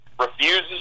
refuses